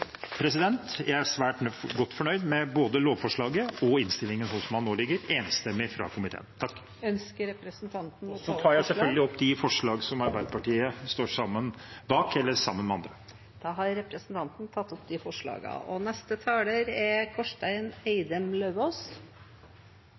jeg svært godt fornøyd med både lovforslaget og innstillingen slik som den nå ligger – enstemmig fra komiteen. Jeg tar opp de forslagene som Arbeiderpartiet er med på. Da har representanten Terje Aasland tatt opp de forslagene han refererte til. Dagens lovvedtak er,